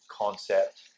concept